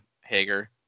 Hager